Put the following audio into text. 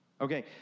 Okay